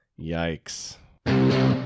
Yikes